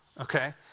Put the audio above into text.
okay